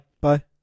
Bye